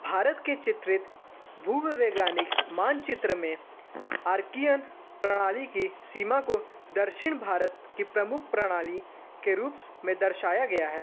भारत के चित्रित भू वैज्ञानिक मानचित्र मे आर्कियन प्रणाली की सीमा को दक्षिण भारत की प्रमुख प्रणाली के रूप मे दर्शाया गया है